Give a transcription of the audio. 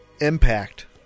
Impact